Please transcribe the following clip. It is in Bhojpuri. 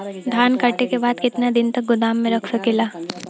धान कांटेके बाद कितना दिन तक गोदाम में रख सकीला?